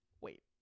wait